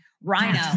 rhino